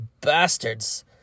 bastards